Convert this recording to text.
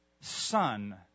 son